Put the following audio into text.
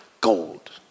gold